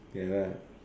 ya